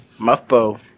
Muffbo